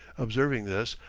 observing this,